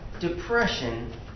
depression